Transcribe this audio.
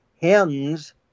hens